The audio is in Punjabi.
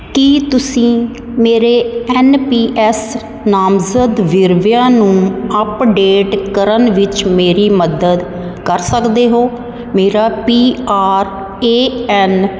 ਕੀ ਤੁਸੀਂ ਮੇਰੇ ਐੱਨ ਪੀ ਐੱਸ ਨਾਮਜ਼ਦ ਵੇਰਵਿਆਂ ਨੂੰ ਅੱਪਡੇਟ ਕਰਨ ਵਿੱਚ ਮੇਰੀ ਮਦਦ ਕਰ ਸਕਦੇ ਹੋ ਮੇਰਾ ਪੀ ਆਰ ਏ ਐੱਨ